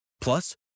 Plus